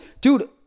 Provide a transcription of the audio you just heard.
dude